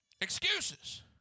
Excuses